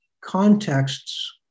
contexts